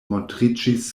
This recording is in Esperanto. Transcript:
montriĝis